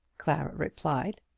clara replied.